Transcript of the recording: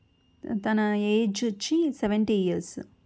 తన ఏజ్ వచ్చి seventy years